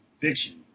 fiction